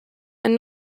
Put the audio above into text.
and